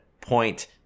point